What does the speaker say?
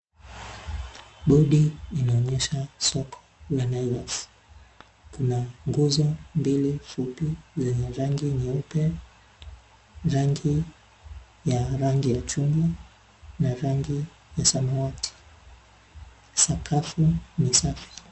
Bodi inaonyesha soko la Naivas kuna nguzo mbili fupi zenye rangi nyeupe, rangi ya rangi ya chungwa na rangi, ya samawati, sakafu ni safi.